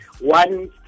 one